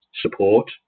support